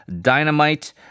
Dynamite